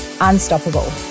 unstoppable